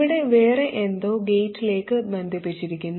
ഇവിടെ വേറെ എന്തോ ഗേറ്റിലേക്ക് ബന്ധിപ്പിച്ചിരിക്കുന്നു